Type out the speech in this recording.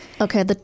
Okay